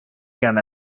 going